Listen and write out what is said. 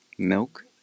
milk